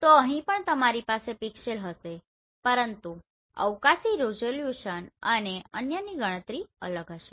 તો અહીં પણ તમારી પાસે પિક્સેલ હશે પરંતુ અવકાશી રીઝોલ્યુશન અને અન્યની ગણતરી અલગ હશે